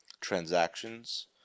transactions